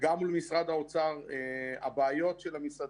אפשר להאמין לעסק שהוא יעמוד באותם התנאים